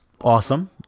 awesome